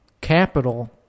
capital